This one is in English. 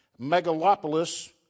megalopolis